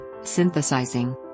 synthesizing